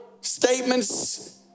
statements